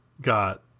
got